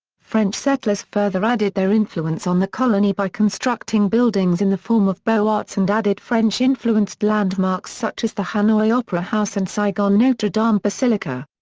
french settlers further added their influence on the colony by constructing buildings in the form of beaux-arts and added french-influenced landmarks such as the hanoi opera house and saigon notre-dame basilica.